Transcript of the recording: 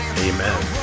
Amen